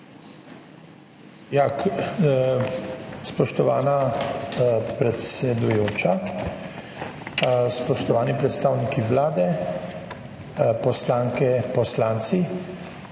Spoštovana predsedujoča, spoštovani predstavniki Vlade, poslanke, poslanci.